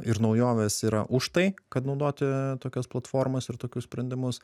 ir naujoves yra už tai kad naudoti tokias platformas ir tokius sprendimus